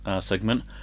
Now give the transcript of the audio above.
segment